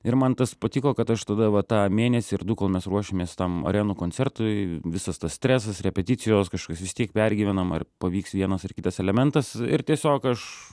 ir man tas patiko kad aš tada va tą mėnesį ar du kol mes ruošėmės tam arenų koncertui visas tas stresas repeticijos kažkas vis tiek pergyvenam ar pavyks vienas ar kitas elementas ir tiesiog aš